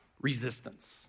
resistance